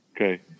okay